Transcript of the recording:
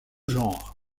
genres